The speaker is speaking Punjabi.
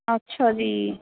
ਅੱਛਾ ਜੀ